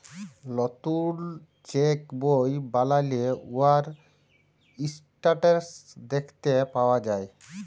লতুল চ্যাক বই বালালে উয়ার ইসট্যাটাস দ্যাখতে পাউয়া যায়